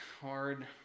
hard